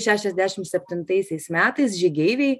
šešiasdešim septintaisiais metais žygeiviai